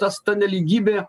tas ta nelygybė